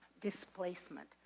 displacement